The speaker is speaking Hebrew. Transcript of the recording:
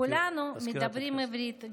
כולנו מדברים עברית,